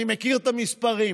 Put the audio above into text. אני מכיר את המספרים,